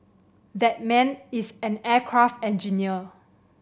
that man is an aircraft engineer